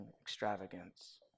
extravagance